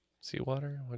Seawater